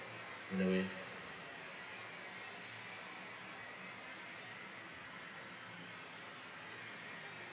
in a way